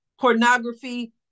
pornography